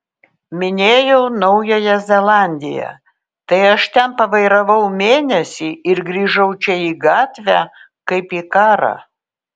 minėjau naująją zelandiją tai aš ten pavairavau mėnesį ir grįžau čia į gatvę kaip į karą